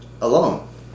alone